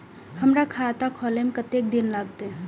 हमर खाता खोले में कतेक दिन लगते?